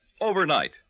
overnight